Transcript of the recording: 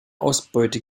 ausbeute